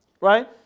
Right